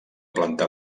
planta